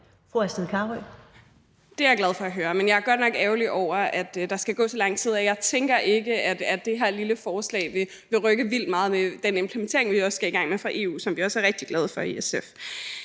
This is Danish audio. Det er jeg glad for at høre. Men jeg er godt nok ærgerlig over, at der skal gå så lang tid, og jeg tænker ikke, at det her lille forslag vil rykke vildt meget ved den implementering, vi også skal i gang med fra EU, som vi også er rigtig glade for i SF.